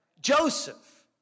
Joseph